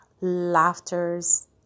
laughters